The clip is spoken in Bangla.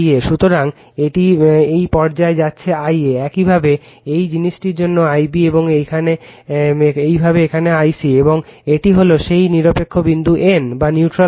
সুতরাং এটি এই পর্যায়ে যাচ্ছে Ia একইভাবে এই জিনিসটির জন্য Ib এবং একইভাবে এখানে এটি হল I c এবং এটি হল সেই নিরপেক্ষ বিন্দু N